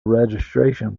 registration